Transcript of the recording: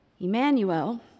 Emmanuel